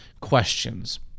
questions